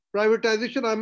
Privatization